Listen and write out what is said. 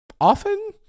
often